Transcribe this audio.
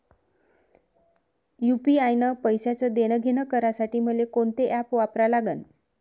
UPI न पैशाचं देणंघेणं करासाठी मले कोनते ॲप वापरा लागन?